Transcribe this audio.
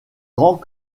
grands